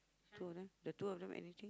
two of them the two of them anything